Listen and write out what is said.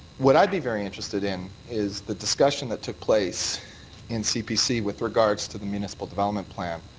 what i'd be very interested in is the discussion that took place in cpc with regards to the municipal development plan.